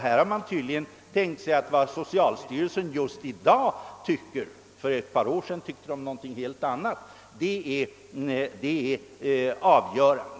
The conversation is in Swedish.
Här har man tydligen tänkt sig att det som socialstyrelsen tycker just i dag — för ett par år sedan föreföll den tycka någonting helt annat — skall vara avgörande.